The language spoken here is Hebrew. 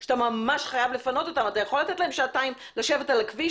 אלא אתה יכול לתת להן שעתיים לשבת על הכביש